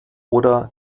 oder